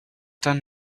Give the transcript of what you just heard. done